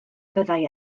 fyddai